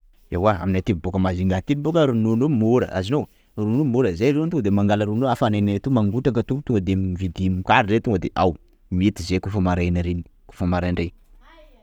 Ewa, amainay boaka Manjunga aty boaka ronono io mora, azonao, ronono io mora, zay zao zany tonga de mangala ronono io hafananay to mangotraka to, tonga de m- mividy mokary zay tonga de ao, mety zay koafa maraina reny koafa maraindray.